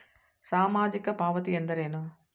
ಸಾಮಾಜಿಕ ಪಾವತಿ ಎಂದರೇನು?